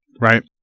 right